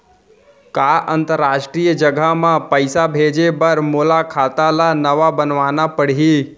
का अंतरराष्ट्रीय जगह म पइसा भेजे बर मोला खाता ल नवा बनवाना पड़ही?